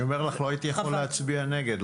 אני אומר לך, לא הייתי יכול להצביע נגד.